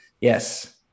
yes